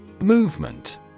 Movement